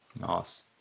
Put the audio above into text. Nice